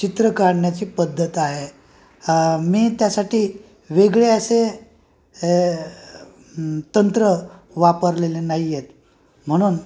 चित्र काढण्याची पद्धत आहे मी त्यासाठी वेगळे असे तंत्र वापरलेले नाही आहेत म्हणून